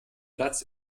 platz